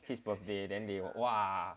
his birthday then they will !wah!